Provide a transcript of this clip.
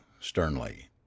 Sternly